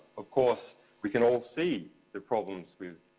of course we can all see the problems with